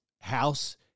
house